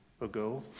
ago